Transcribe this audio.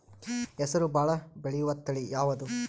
ಹೆಸರು ಭಾಳ ಬೆಳೆಯುವತಳಿ ಯಾವದು?